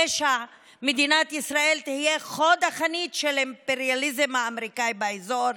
9. מדינת ישראל תהיה חוד החנית של האימפריאליזם האמריקאי באזור,